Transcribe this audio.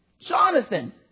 Jonathan